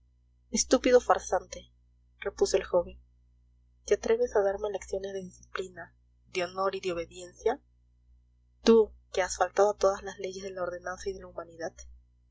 estúpido farsante repuso el joven te atreves a darme lecciones de disciplina de honor y de obediencia tú que has faltado a todas las leyes de la ordenanza y de la humanidad